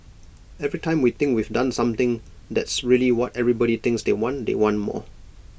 every time we think we've done something that's really what everybody thinks they want they want more